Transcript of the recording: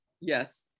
Yes